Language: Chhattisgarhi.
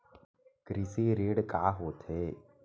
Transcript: कृषि ऋण का होथे?